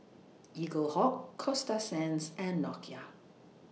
Eaglehawk Coasta Sands and Nokia